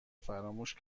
فراموش